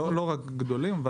לא רק גדולים.